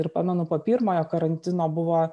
ir pamenu po pirmojo karantino buvo